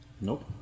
Nope